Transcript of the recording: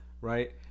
right